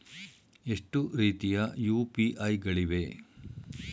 ಎಷ್ಟು ರೀತಿಯ ಯು.ಪಿ.ಐ ಗಳಿವೆ?